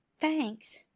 Thanks